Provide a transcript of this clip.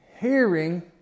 Hearing